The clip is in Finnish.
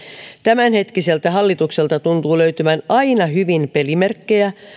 tämänhetkiseltä hallitukselta tuntuu löytyvän aina hyvin pelimerkkejä